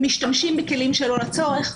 משתמשים בכלים שלא לצורך,